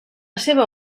seva